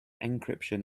encryption